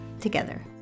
together